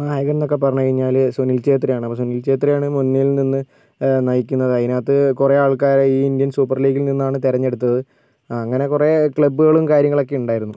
നായകനെന്നൊക്കെ പറഞ്ഞുകഴിഞ്ഞാൽ സുനിൽ ഛേത്രി ആണ് അപ്പോൾ സുനിൽ ഛേത്രിയാണ് മുന്നിൽ നിന്ന് നയിക്കുന്നത് അതിനകത്ത് കുറെ ആൾക്കാർ ഈ ഇന്ത്യൻ സൂപ്പർ ലീഗിൽ നിന്നാണ് തെരഞ്ഞെടുത്തത് അങ്ങനെ കുറെ ക്ലബ്ബുകളും കാര്യങ്ങളൊക്കെ ഉണ്ടായിരുന്നു